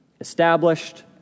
established